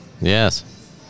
Yes